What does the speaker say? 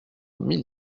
mille